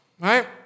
right